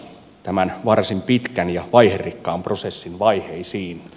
tämän varsin pitkän ja vaiherikkaan prosessin vaiheisiin